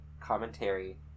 commentary